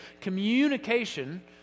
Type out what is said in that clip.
communication